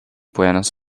buenos